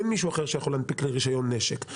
אין מישהו אחר שיכול להנפיק לי רישיון נשק.